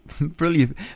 Brilliant